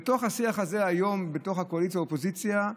בתוך השיח הזה, היום, בתוך הקואליציה והאופוזיציה,